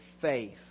faith